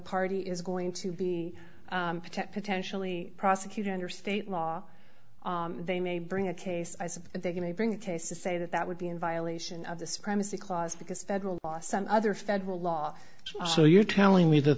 party is going to be protect potentially prosecute under state law they may bring a case i suppose they're going to bring case to say that that would be in violation of the supremacy clause because federal law some other federal law so you're telling me th